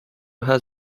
has